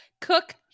cook